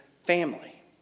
family